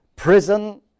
Prison